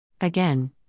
Again